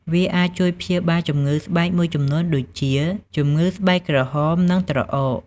វាអាចជួយព្យាបាលជំងឺស្បែកមួយចំនួនដូចជា ជំងឺស្បែកក្រហម និងត្រអក។